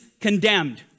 condemned